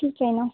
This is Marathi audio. ठीक आहे मग